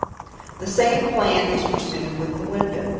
the same plan is pursued with the window.